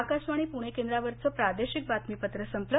आकाशवाणी पुणे केंद्रावरचं प्रादेशिक बातमीपत्र संपलं